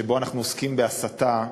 שבו אנחנו עוסקים בהסתה,